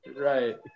right